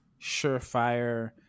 surefire